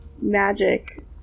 magic